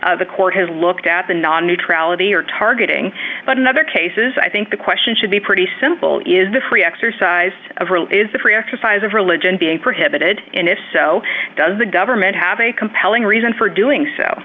lutheran the court has looked at the non neutrality or targeting but in other cases i think the question should be pretty simple is the free exercise of is the free exercise of religion being prohibited and if so does the government have a compelling reason for doing so